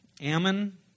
Ammon